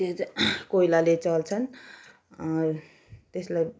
त्यो त कोइलाले चल्छन् त्यसलाई